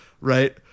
right